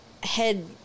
head